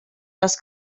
les